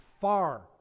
far